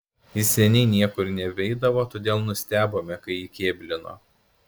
jis seniai niekur nebeidavo todėl nustebome kai įkėblino